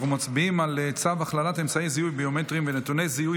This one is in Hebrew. אנחנו מצביעים על צו הכללת אמצעי זיהוי ביומטריים ונתוני זיהוי